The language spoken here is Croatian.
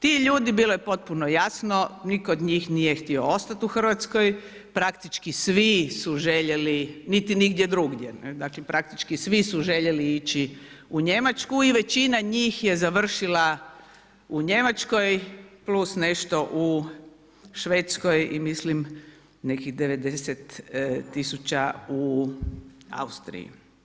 Ti ljudi bilo je potpuno jasno niko od njih nije htio ostati u Hrvatskoj, praktički svi su željeli niti nigdje drugdje, dakle praktički svi su željeli ići u Njemačku i većina njih je završila u Njemačkoj plus nešto u Švedskoj i mislim nekih 90.000 u Austriji.